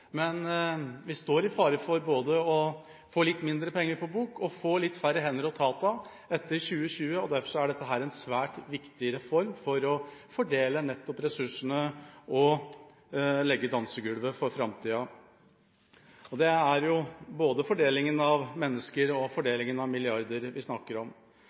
men vi står i fare for å få litt mindre penger på bok og litt færre hender å ta av etter 2020. Derfor er dette en svært viktig reform, nettopp for å fordele ressursene og legge dansegulvet for framtida. Vi snakker både om fordelinga av mennesker og om fordelinga av milliarder. Det er